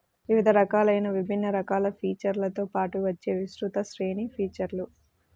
వివిధ రకాలైన విభిన్న రకాల ఫీచర్లతో పాటు వచ్చే విస్తృత శ్రేణి ఫీచర్లు